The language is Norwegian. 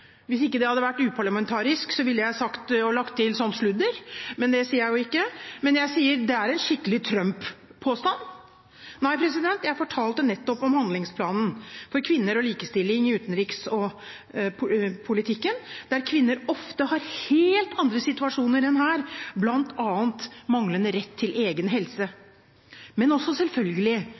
det ikke hadde vært uparlamentarisk, ville jeg sagt – og lagt til – sånt sludder, men det sier jeg jo ikke, men jeg sier det er en skikkelig Trump-påstand. Jeg fortalte nettopp om Handlingsplanen for kvinners rettigheter og likestilling i utenriks- og utviklingspolitikken der kvinner ofte har helt andre situasjoner enn her, bl.a. manglende rett til egen helse. Men også selvfølgelig